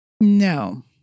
No